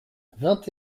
vingt